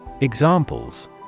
Examples